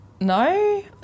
No